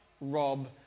rob